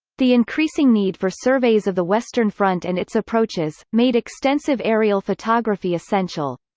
the increasing need for surveys of the western front and its approaches, made extensive aerial photography essential.